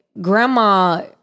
grandma